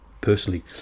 personally